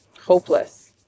hopeless